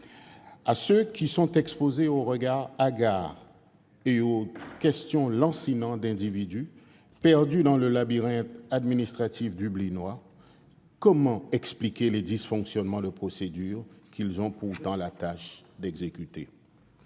À ceux qui sont exposés aux regards hagards et aux questions lancinantes d'individus perdus dans le labyrinthe administratif dublinois, comment expliquer les dysfonctionnements de procédures qu'ils ont pourtant la tâche d'exécuter ?